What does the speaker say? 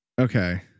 Okay